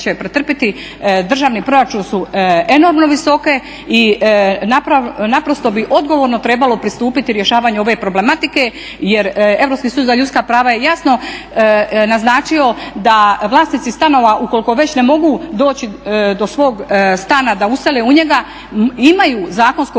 državni proračun su enormno visoke i naprosto bi odgovorno trebalo pristupiti rješavanju ove problematike, jer Europski sud za ljudska prava je jasno naznačio da vlasnici stanova ukoliko već ne mogu doći do svog stana da usele u njega imaju zakonsko